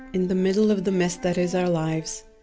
in the middle of the mess that is our lives,